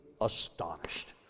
astonished